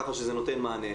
אתה לא נותן כלום, שי.